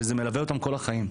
וזה מלווה אותם כל החיים.